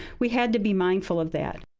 we had to be mindful of that.